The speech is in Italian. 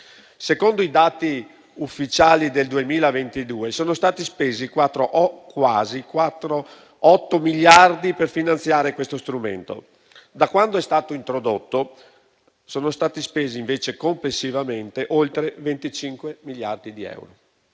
Secondo i dati ufficiali del 2022, sono stati spesi quasi otto miliardi per finanziare questo strumento. Da quando è stato introdotto, invece, sono stati spesi complessivamente oltre 25 miliardi di euro.